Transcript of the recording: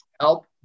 help